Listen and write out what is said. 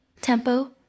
tempo